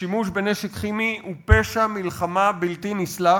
ששימוש בנשק כימי הוא פשע מלחמה בלתי נסלח,